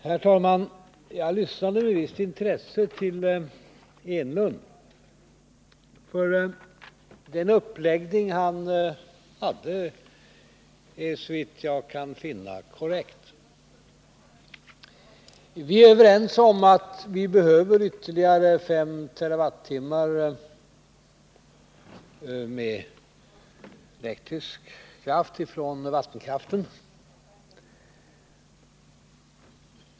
Herr talman! Jag lyssnade med ett visst intresse till Eric Enlund, för den uppläggning han hade är såvitt jag kan finna korrekt. Vi är överens om att vi behöver ytterligare 5 TWh elektrisk kraft från vattenkraften.